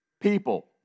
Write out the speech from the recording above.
People